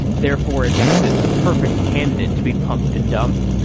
therefore, it makes it the perfect candidate to be pumped and dumped.